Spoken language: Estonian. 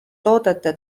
toodete